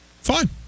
Fine